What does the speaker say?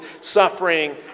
suffering